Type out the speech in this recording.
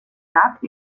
cap